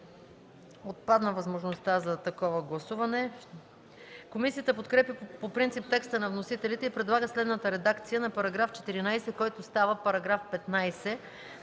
Отпадна възможността за такова гласуване. Комисията подкрепя по принцип текста на вносителите и предлага следната редакция на § 14, който става § 15: „§ 15.